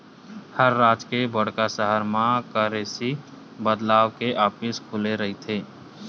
हर राज के बड़का सहर म करेंसी बदलवाय के ऑफिस खुले रहिथे